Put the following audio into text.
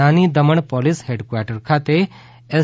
નાની Daman police headquarters ખાતે S